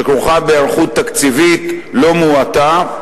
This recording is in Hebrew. שכרוכה בהיערכות תקציבית לא מועטה,